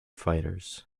fighters